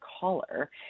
caller